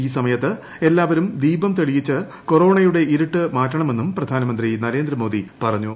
ഈ സമയത്ത് എല്ലാവരും ദീപം തെളിയിച്ച് കൊറോണയുടെ ഇരുട്ട് മാറ്റണമെന്നും പ്രധാനമന്ത്രി നരേന്ദ്രമോദി പറഞ്ഞു